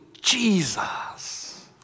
Jesus